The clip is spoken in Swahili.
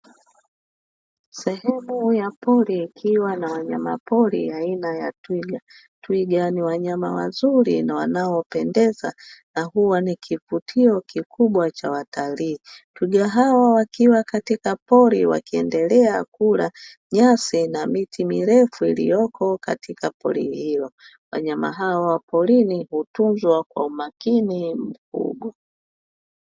Sehemu ya pori ikiwa na wanyama pori aina ya twiga. Twiga ni wanyama wazuri na wanaopendeza na huwa ni kivutio kikubwa cha watalii. Twiga hawa wakiwa katika katika pori wakienedelea kula nyasi na miti mirefu iliyoko katika pori hilo. Wanyama hao wa porini hutunzwa kwa umakini mkubwa.